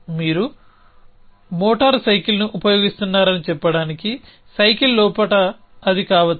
మీరు మోటారు సైకిల్ని ఉపయోగిస్తున్నారని చెప్పడానికి సైకిల్ లోపల అది కావచ్చు